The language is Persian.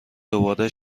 دوباره